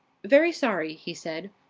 very sorry, he said,